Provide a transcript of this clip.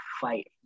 fight